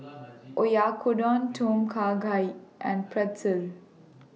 Oyakodon Tom Kha Gai and Pretzel